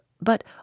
but